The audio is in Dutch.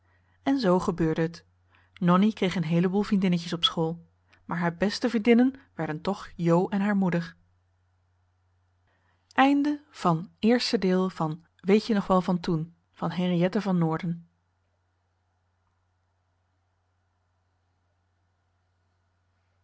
en zoo gebeurde het nonnie kreeg een heele boel vriendinnetjes op school maar haar beste vriendinnen werden toch jo en haar